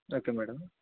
okay madam